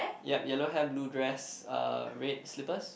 yup yellow hair blue dress uh red slippers